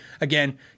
again